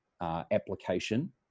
application